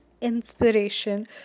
inspiration